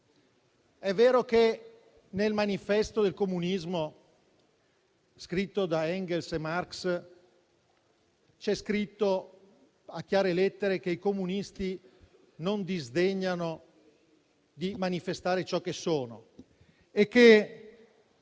È vero che nel manifesto del comunismo scritto da Engels e Marx c'è scritto a chiare lettere che i comunisti non disdegnano di manifestare ciò che sono; che